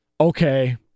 Okay